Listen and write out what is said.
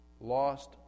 lost